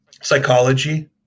psychology